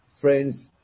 friends